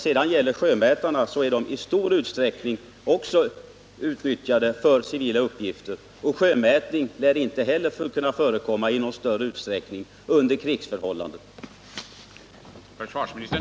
Även sjömätningsfartygen utnyttjas för civila uppgifter, och inte heller någon sjömätning lär kunna förekomma i större utsträckning under krigsförhållanden.